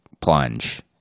plunge